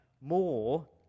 more